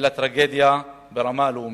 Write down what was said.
אלא טרגדיה ברמה הלאומית.